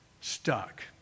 stuck